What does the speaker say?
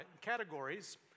categories